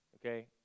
okay